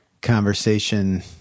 conversation